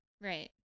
Right